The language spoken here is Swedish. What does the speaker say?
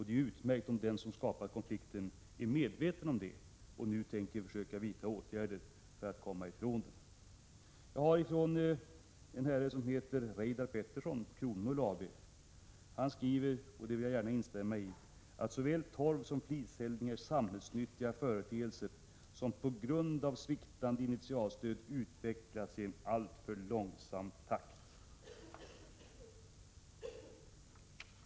Det är utmärkt om den som skapat konflikten är medveten om det och nu tänker försöka vidta åtgärder för att avhjälpa det. Jag har fått ett brev från en herre som heter Reidar Pettersson, Kronmull AB. Han skriver — och det vill jag gärna instämma i — att såväl torvsom fliseldning är samhällsnyttiga företeelser som på grund av sviktande initialstöd utvecklats i en alltför långsam takt.